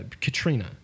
Katrina